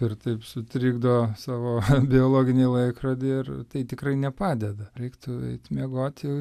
ir taip sutrikdo savo biologinį laikrodį ir tai tikrai nepadeda reiktų eit miegoti